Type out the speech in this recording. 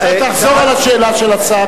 תחזור על השאלה של השר,